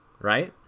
right